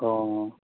ꯑꯣ